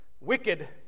Wicked